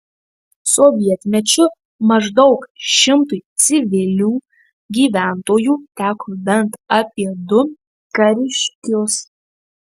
sovietmečiu maždaug šimtui civilių gyventojų teko bent apie du kariškius